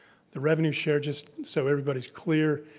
the revenue share, just so everybody's clear,